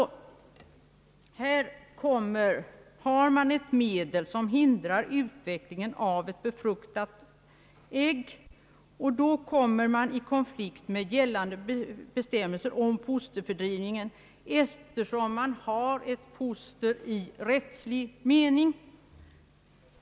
Spiralen är alltså ett medel som hindrar utvecklingen av ett befruktat ägg. Men därmed kommer man i konflikt med gällande bestämmelser om fosterfördrivning. När ägget befruktats har man alltså ett foster i rättslig mening.